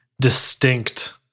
distinct